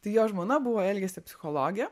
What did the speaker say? tai jo žmona buvo elgesio psichologė